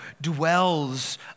dwells